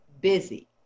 busy